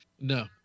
No